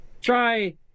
Try